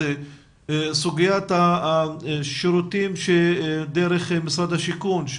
לסוגיית השירותים שניתנים דרך משרד השיכון,